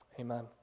Amen